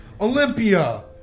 Olympia